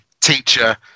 teacher